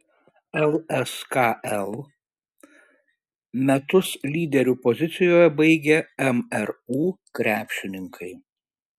lskl metus lyderių pozicijoje baigė mru krepšininkai